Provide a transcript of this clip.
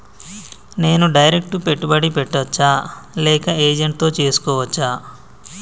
నేను డైరెక్ట్ పెట్టుబడి పెట్టచ్చా లేక ఏజెంట్ తో చేస్కోవచ్చా?